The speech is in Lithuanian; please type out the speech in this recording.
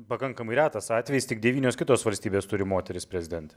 pakankamai retas atvejis tik devynios kitos valstybės turi moteris prezidentę